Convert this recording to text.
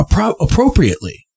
appropriately